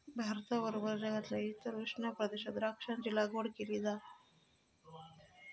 भारताबरोबर जगातल्या इतर उष्ण प्रदेशात द्राक्षांची लागवड केली जा